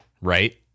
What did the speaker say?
right